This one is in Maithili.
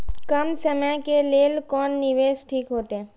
कम समय के लेल कोन निवेश ठीक होते?